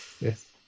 Yes